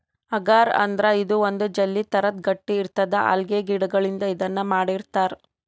ಅಗರ್ ಅಂದ್ರ ಇದು ಒಂದ್ ಜೆಲ್ಲಿ ಥರಾ ಗಟ್ಟ್ ಇರ್ತದ್ ಅಲ್ಗೆ ಗಿಡಗಳಿಂದ್ ಇದನ್ನ್ ಮಾಡಿರ್ತರ್